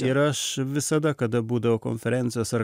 ir aš visada kada būdavo konferencijos ar